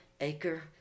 Acre